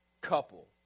couple